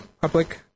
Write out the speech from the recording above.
public